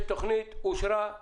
יש תוכנית שאושרה עם